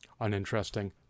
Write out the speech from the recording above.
uninteresting